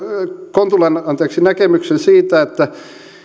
kontulan näkemyksen siitä että